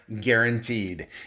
guaranteed